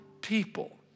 people